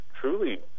truly